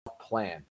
plan